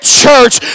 church